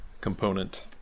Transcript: component